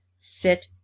sit